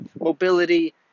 Mobility